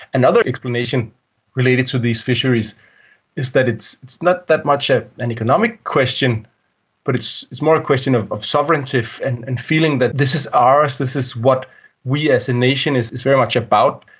and other explanation related to these fisheries is that it's it's not that much ah an economic question but it's it's more a question of of sovereignty and and feeling that this is ours, this is what we as a nation is is very much about,